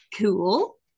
Cool